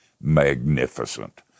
magnificent